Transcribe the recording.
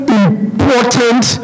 important